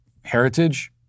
heritage